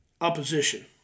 opposition